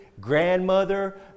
Grandmother